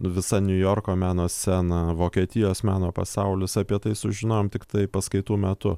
visa niujorko meno scena vokietijos meno pasaulis apie tai sužinojom tiktai paskaitų metu